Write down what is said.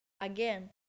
again